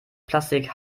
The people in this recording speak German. plastik